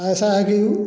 ऐसा है कि